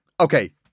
Okay